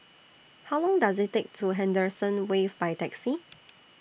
How Long Does IT Take to get to Henderson Wave By Taxi